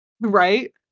right